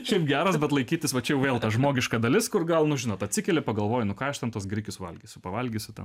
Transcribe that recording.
šiaip geras bet laikytis va čia vėl ta žmogiška dalis kur gal nu žinot atsikeli pagalvoji nu ką aš ten tuos grikius valgysiu pavalgysiu ten